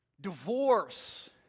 divorce